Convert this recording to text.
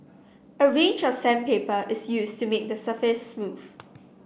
a range of sandpaper is used to make the surface smooth